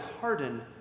harden